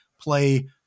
play